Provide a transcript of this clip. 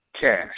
cash